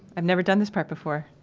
i've never done this part before.